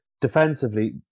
Defensively